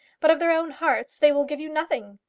but of their own hearts, they will give you nothing.